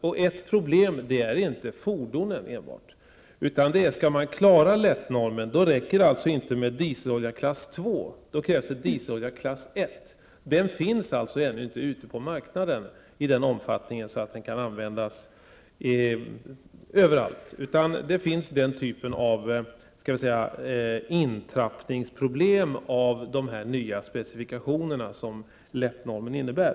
Det är inte enbart fordonen som är problem. Skall man klara LETT-normen räcker det inte med dieselolja klass 2; då krävs det dieselolja klass 1. Den finns ännu inte ute på marknaden i sådan omfattning att den kan användas överallt. Det finns den typen av ''intrappningsproblem'' av de nya specifikationer som LETT-normen innebär.